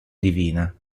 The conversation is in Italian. divina